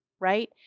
right